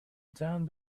down